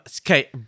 Okay